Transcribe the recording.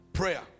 prayer